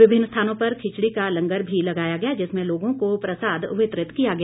विभिन्न स्थानों पर खिचड़ी का लंगर भी लगाया गया जिसमें लोगों को प्रसाद वितरित किया गया